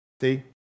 See